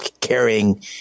carrying